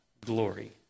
glory